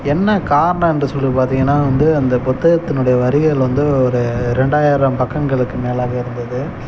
என்ன காரணம் என்று சொல்லி பார்த்திங்கனா வந்து அந்த புத்தகத்தினுடைய வரிகள் வந்து ஒரு ரெண்டாயிரம் பக்கங்களுக்கு மேலாக இருந்தது